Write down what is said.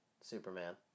Superman